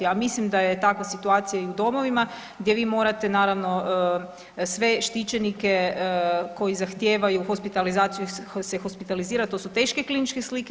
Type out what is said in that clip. A mislim da je takva situacija i u domovima gdje vi morate naravno sve štićenike koji zahtijevaju hospitalizaciju, se hospitalizirati to su teške kliničke slike.